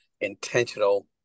intentional